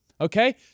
Okay